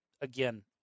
again